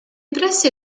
pressi